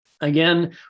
Again